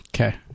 okay